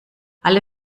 alle